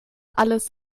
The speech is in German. alles